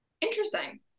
Interesting